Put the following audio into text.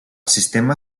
sistema